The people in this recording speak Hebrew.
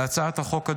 להצעת החוק,